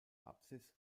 apsis